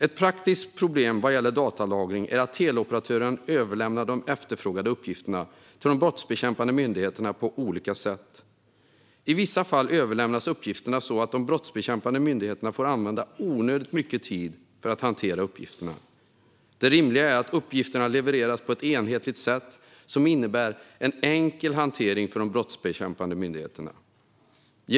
Ett praktiskt problem vad gäller datalagring är att teleoperatören överlämnar de efterfrågade uppgifterna till de brottsbekämpande myndigheterna på olika sätt. I vissa fall överlämnas uppgifterna så att de brottsbekämpande myndigheterna får använda onödigt mycket tid för att hantera uppgifterna. Det rimliga är att uppgifterna levereras på ett enhetligt sätt som innebär en enkel hantering för de brottsbekämpande myndigheterna.